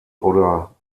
oder